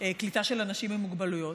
קליטה של אנשים עם מוגבלויות,